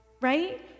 right